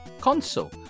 console